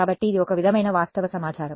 కాబట్టి ఇది ఒక విధమైన వాస్తవ సమాచారం